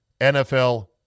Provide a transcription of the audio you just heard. NFL